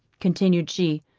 continued she,